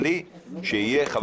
בלי שתהיה חוות